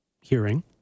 hearing